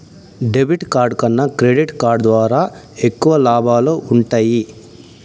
debit card కన్నా credit card ద్వారా ఎక్కువ లాబాలు వుంటయ్యి